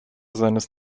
seines